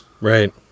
Right